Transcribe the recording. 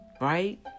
right